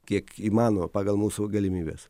kiek įmanoma pagal mūsų galimybes